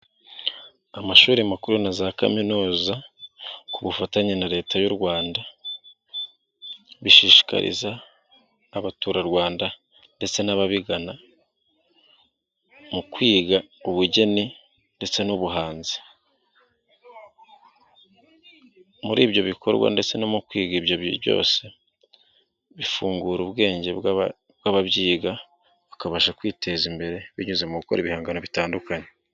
Amashuri makuru na za kaminuza ku bufatanye na leta y'u rwanda ,bishishikariza abaturarwanda ndetse n'ababigana mu kwiga ubugeni ndetse n'ubuhanzi, muri ibyo bikorwa ndetse ni mu kwiga ibyo bintu byose bifungura ubwenge bw'ababyiga , bakabasha kwiteza imbere binyuze mu gukora ibihangano bitandukanye.